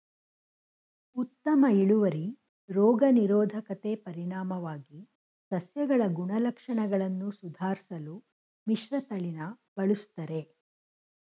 ಉತ್ತಮ ಇಳುವರಿ ರೋಗ ನಿರೋಧಕತೆ ಪರಿಣಾಮವಾಗಿ ಸಸ್ಯಗಳ ಗುಣಲಕ್ಷಣಗಳನ್ನು ಸುಧಾರ್ಸಲು ಮಿಶ್ರತಳಿನ ಬಳುಸ್ತರೆ